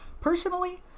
Personally